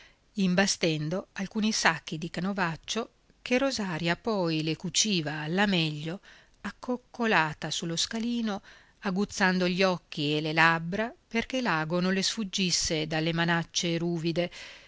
imbastendo alcuni sacchi di canovaccio che rosaria poi le cuciva alla meglio accoccolata sullo scalino aguzzando gli occhi e le labbra perché l'ago non le sfuggisse dalle manacce ruvide